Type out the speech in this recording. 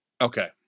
Okay